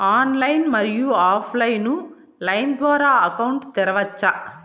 Online, మరియు offline line ద్వారా account తెరవచ్చా?